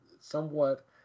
somewhat